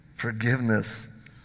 Forgiveness